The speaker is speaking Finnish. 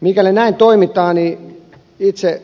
mikäli näin toimitaan itse